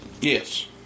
Yes